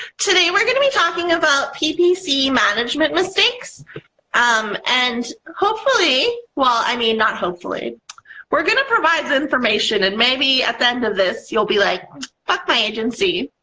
today we're gonna be talking about ppc management mistakes um and hopefully well i mean not hopefully we're gonna provide information and maybe at the end of this you'll be like fuck my agency!